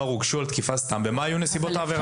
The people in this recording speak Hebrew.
הוגשו על תקיפה סתם ומה היו נסיבות העבירה.